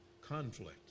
conflict